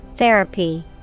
Therapy